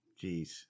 Jeez